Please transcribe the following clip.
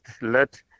let